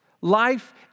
Life